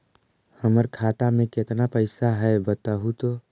हमर खाता में केतना पैसा है बतहू तो?